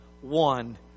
One